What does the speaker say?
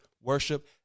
worship